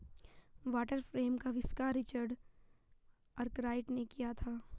water frame का आविष्कार Richard Arkwright ने किया था